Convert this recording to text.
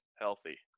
healthy